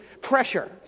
pressure